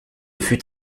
fut